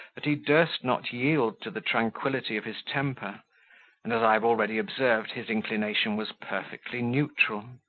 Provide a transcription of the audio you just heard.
that he durst not yield to the tranquility of his temper and, as i have already observed, his inclination was perfectly neutral.